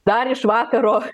dar iš vakaro